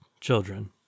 children